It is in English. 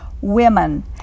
women